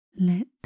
Let